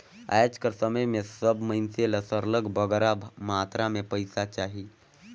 आएज कर समे में सब मइनसे ल सरलग बगरा मातरा में पइसा चाही